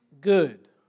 good